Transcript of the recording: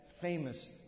famous